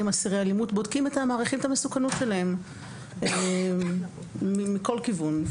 אסירי אלימות מעריכים את המסוכנות שלהם מכל כיוון.